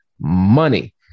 money